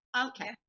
Okay